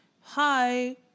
hi